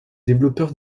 développeurs